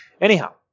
Anyhow